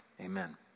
amen